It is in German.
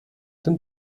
den